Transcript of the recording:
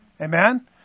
amen